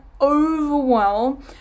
overwhelm